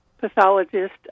pathologist